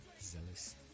Zealous